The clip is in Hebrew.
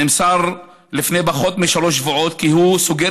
נמסר לפני פחות משלושה שבועות כי הוא סוגר